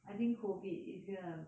I think COVID is going to